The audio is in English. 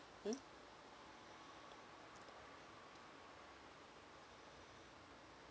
mm